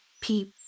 peep